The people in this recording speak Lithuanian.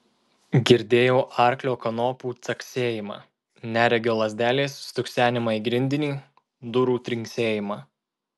girdėjau arklio kanopų caksėjimą neregio lazdelės stuksenimą į grindinį durų trinksėjimą